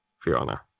Fiona